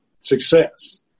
success